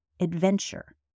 adventure